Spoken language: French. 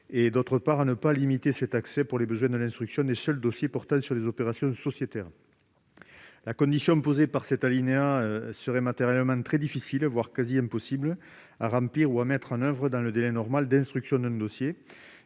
et, d'autre part, de ne pas limiter cet accès pour les besoins de l'instruction des seuls dossiers portant sur des opérations sociétaires. La condition imposée par cet alinéa serait matériellement très difficile, voire presque impossible, à remplir ou à mettre en oeuvre dans le délai normal d'instruction d'un dossier.